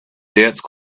dense